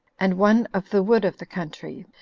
and one of the wood of the country,